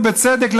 ובצדק,